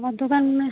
আমার দোকান